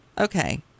Okay